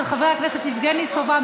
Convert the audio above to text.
של חבר הכנסת יבגני סובה,